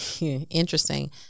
interesting